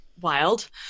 wild